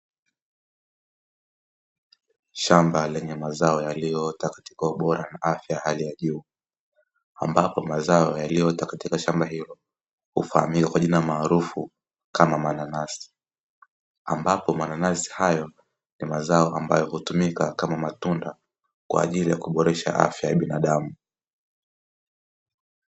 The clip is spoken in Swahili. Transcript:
Shamba lenye mazao yaliyoota katika ubora na afya ya hali ya juu ambapo mazao yaliyoota katika shamba hilo, hufahamika kwa jina maarufu kama mananasi ambapo mananasi hayo ni mazao ambayo hutumika kama matunda kwa ajili ya kuboresha afya ya binadamu.